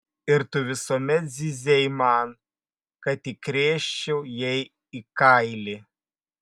ir tu visuomet zyzei man kad įkrėsčiau jai į kailį